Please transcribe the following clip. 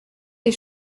les